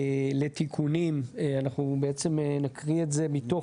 שכללו אותו וסידרו אותו טוב יותר בתיקון מס' 8 כך שהוא יעבוד יותר